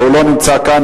והוא לא נמצא כאן.